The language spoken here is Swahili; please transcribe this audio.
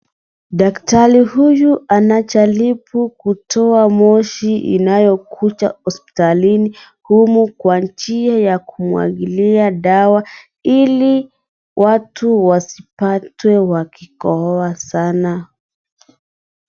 Daktari huyu anajaribu kutoa moshi inayokuja hospitalini humu kwa njia ya kumwagilia dawa ili watu wasipatwe wakikohoa sana.